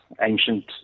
ancient